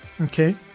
Okay